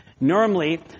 normally